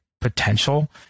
potential